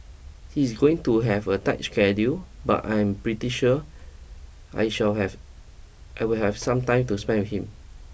he's going to have a tight schedule but I'm pretty sure I shall have I will have some time to spend with him